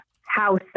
house